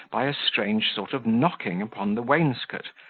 by a strange sort of knocking upon the wainscot,